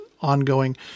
ongoing